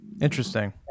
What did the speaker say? interesting